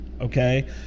okay